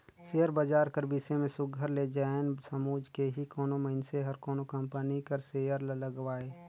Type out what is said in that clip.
share बजार कर बिसे में सुग्घर ले जाएन समुझ के ही कोनो मइनसे हर कोनो कंपनी कर सेयर ल लगवाए